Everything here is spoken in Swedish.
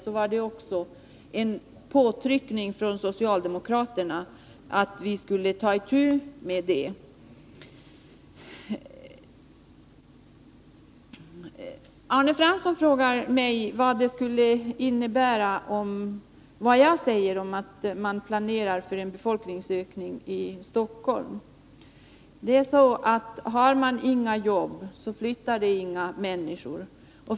Den kom också till efter påtryckningar från socialdemokraterna, som ville ta itu med detta. Arne Fransson frågar mig vad jag anser om en planerad befolkningsökning i Stockholm. Finns det inga jobb på en ort, så flyttar heller inga människor dit.